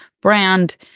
brand